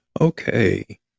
Okay